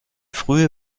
frühe